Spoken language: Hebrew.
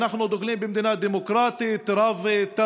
אנחנו דוגלים במדינה דמוקרטית רב-תרבותית